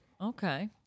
Okay